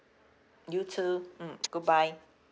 you too mm goodbye